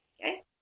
okay